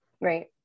right